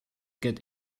get